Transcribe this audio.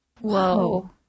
Whoa